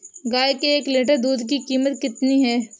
गाय के एक लीटर दूध की कीमत कितनी है?